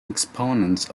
exponents